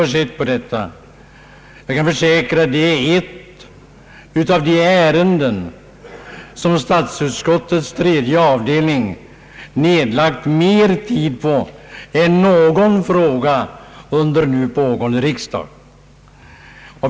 Jag kan dock försäkra att detta är ett av de ärenden som statsutskottets tredje avdelning nedlagt mera tid på än någon annan fråga under nu pågående riksdag.